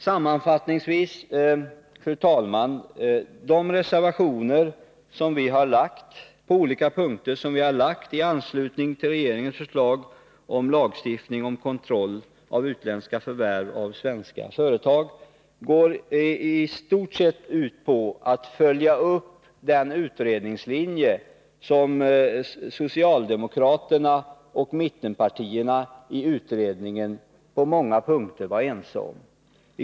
Sammanfattningsvis vill jag säga att de reservationer på olika punkter som vi har gjort i anslutning till regeringens förslag till lagstiftning om utländska förvärv av svenska företag går i stort sett ut på att följa upp den linje som socialdemokraterna och mittenpartierna på många av dessa punkter varit ense om i utredningen.